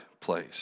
place